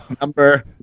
number